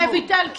רויטל,